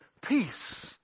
peace